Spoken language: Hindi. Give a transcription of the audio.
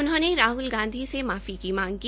उन्होंने राहल गांधी से माफी की मांग की